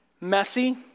messy